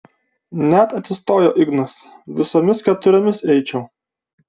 net atsistojo ignas visomis keturiomis eičiau